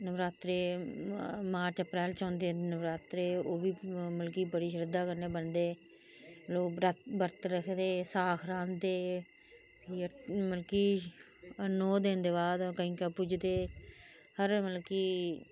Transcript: नबरात्रे March April च औंदे नबरात्रे ओ बी मतलब कि बडी श्रद्धा कन्नै करदे लोक बर्त रखदे शाख रांह्दे फ्हीं मतलब कि नौ दिन दे बाद कंजका पूजदे हर मतलब कि